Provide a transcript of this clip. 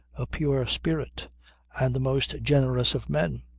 a pure spirit and the most generous of men.